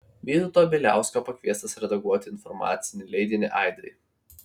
vytauto bieliausko pakviestas redaguoti informacinį leidinį aidai